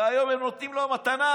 והיום הם נותנים לו מתנה,